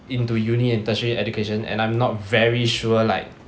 into uni and tertiary education and I'm not very sure like